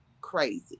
crazy